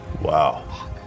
Wow